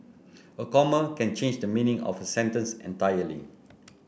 a comma can change the meaning of a sentence entirely